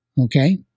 Okay